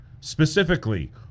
Specifically